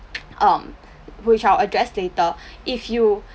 um which I will address later if you